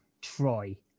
Troy